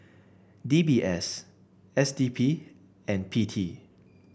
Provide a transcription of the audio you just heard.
D B S S D P and P T